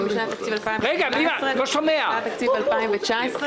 משנת התקציב 2018 לשנת התקציב 2019,